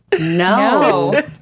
No